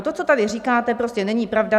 To, co tady říkáte, prostě není pravda.